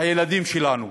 הילדים שלנו,